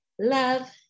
love